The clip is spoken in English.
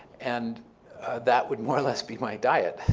and that would more or less be my diet,